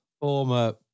Former